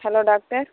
hello doctor